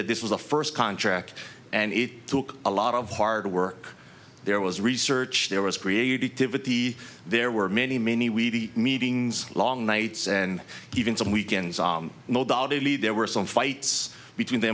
that this was a first contract and it took a lot of hard work there was research there was creativity there were many many weedy meetings long nights and even some weekends i believe there were some fights between the